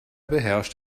beherrscht